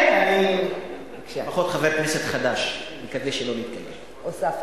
כן, חבר כנסת חדש, מקווה שלא, הוספתי.